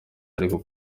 ariko